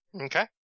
okay